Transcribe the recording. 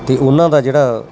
ਅਤੇ ਉਹਨਾਂ ਦਾ ਜਿਹੜਾ